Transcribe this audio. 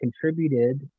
contributed